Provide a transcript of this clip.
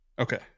okay